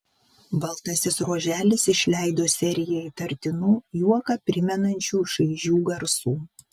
baltasis ruoželis išleido seriją įtartinų juoką primenančių šaižių garsų